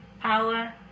power